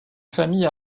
familles